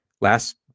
last